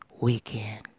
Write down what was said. weekend